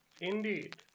Indeed